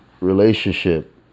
relationship